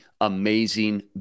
amazing